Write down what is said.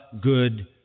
good